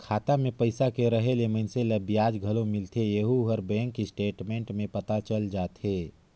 खाता मे पइसा के रहें ले मइनसे ल बियाज घलो मिलथें येहू हर बेंक स्टेटमेंट में पता चल जाथे